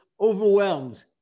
overwhelmed